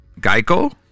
Geico